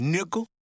Nickel